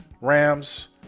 Rams